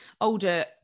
older